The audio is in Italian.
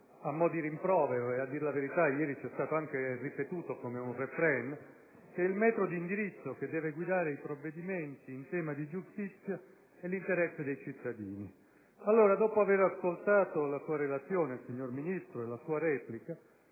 a mo' di rimprovero, e a dir la verità ieri ci è stato anche ripetuto come un *refrain*, che il metro di indirizzo che deve guidare i provvedimenti in tema di giustizia è l'interesse dei cittadini. Allora, dopo aver ascoltato la sua Relazione, signor Ministro, e la sua replica,